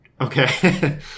Okay